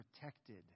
protected